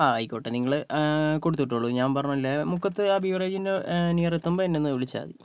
ആ ആയിക്കോട്ടെ നിങ്ങൾ കൊടുത്തുവിട്ടോളൂ ഞാൻ പറഞ്ഞില്ലേ മുക്കത്ത് ആ ബീവറേജിന് നിയർ എത്തുമ്പോൾ എന്നെ ഒന്നു വിളിച്ചാൽ മതി